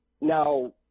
Now –